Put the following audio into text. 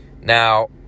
Now